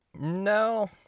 No